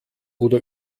oder